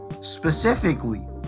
specifically